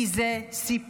כי זה סיפור.